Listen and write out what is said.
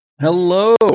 Hello